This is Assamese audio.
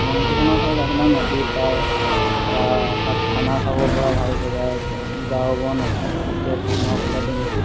সোৱণশিৰি হ'ল আপোনাৰ নদীৰ পাৰ বা তাত খানা খাবৰপৰা ভাল জেগা আছে ঝাৰু বন আছে এতিয়া কঁহুৱা ফুলাৰ দিন